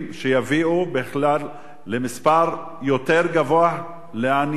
שיביאו בכלל למספר יותר גבוה של עניים,